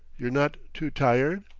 you're not too tired?